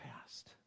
past